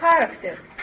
character